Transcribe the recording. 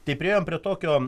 tai priėjom prie tokio